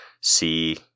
see